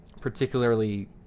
particularly